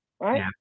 right